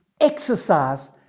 exercise